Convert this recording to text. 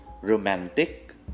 romantic